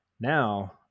Now